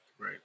right